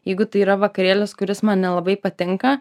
jeigu tai yra vakarėlis kuris man nelabai patinka